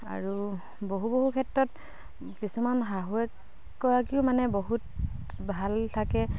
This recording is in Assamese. আৰু বহু বহু ক্ষেত্ৰত কিছুমান শাহুৱেকগৰাকীও মানে বহুত ভাল থাকে